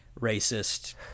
racist